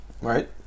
right